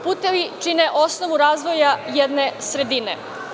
Putevi čine osnovu razvoja jedne sredine.